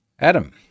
Adam